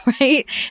right